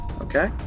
Okay